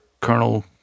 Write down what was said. Colonel